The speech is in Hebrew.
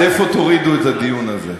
עד איפה תורידו את הדיון הזה?